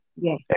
yes